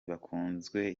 bakunzwe